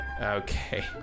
Okay